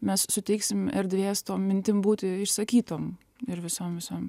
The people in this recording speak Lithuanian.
mes suteiksim erdvės tom mintim būti išsakytom ir visom visom